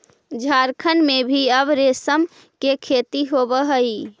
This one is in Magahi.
झारखण्ड में भी अब रेशम के खेती होवऽ हइ